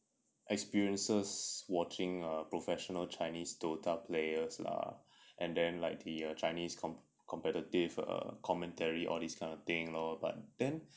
experiences watching a professional chinese dota players lah and then like the chinese comp~ competitive commentary all this kind of thing lor but then